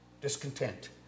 discontent